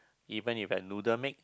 even if have noodle make